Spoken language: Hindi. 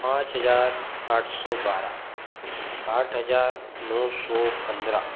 पाँच हजार आठ सौ बारह आठ हजार नौ सौ पन्द्रह